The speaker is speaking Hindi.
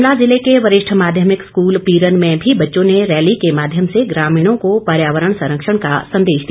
शिमला जिले के वरिष्ठ माध्यमिक स्कूल पीरन में भी बच्चों ने रैली के माध्यम से ग्रामीणों को पर्यावरण संरक्षण का संदेश दिया